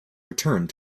returned